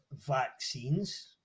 vaccines